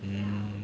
mm